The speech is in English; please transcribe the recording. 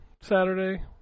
Saturday